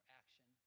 action